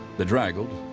bedraggled,